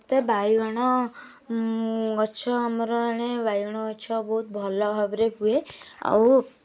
ମୋତେ ବାଇଗଣ ଗଛ ଆମର ଏଣେ ବାଇଗଣ ଗଛ ବହୁତ ଭଲ ଭାବରେ ହୁଏ ଆଉ